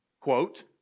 quote